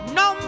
no